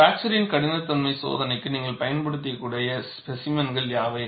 fracture கடினத்தன்மை சோதனைக்கு நீங்கள் பயன்படுத்தக்கூடிய ஸ்பேசிமென்கள் யாவை